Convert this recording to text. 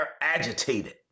agitated